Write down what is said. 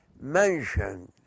mentioned